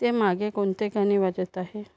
ते मागे कोणते गाणे वाजत आहे